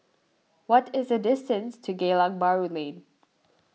what is the distance to Geylang Bahru Lane